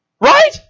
Right